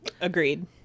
Agreed